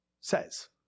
says